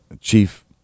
Chief